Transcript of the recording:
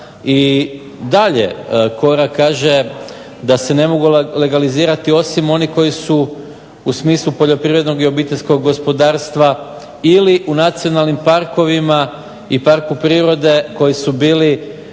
i dalje kaže da se ne mogu legalizirati osim oni koji su u smislu poljoprivrednog i obiteljskog gospodarstva ili u nacionalnim parkovima i parku prirode koji su bili